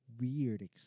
weird